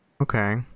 okay